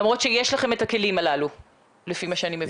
למרות שיש לכם את הכלים הללו לפי מה שאני מבינה.